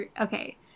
Okay